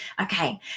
Okay